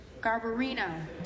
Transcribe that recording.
Garbarino